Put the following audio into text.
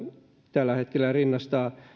tällä hetkellä rinnastaa